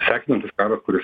sekinantis karas kuris